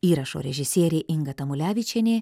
įrašo režisierė inga tamulevičienė